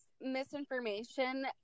misinformation